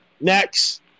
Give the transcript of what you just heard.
Next